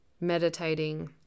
meditating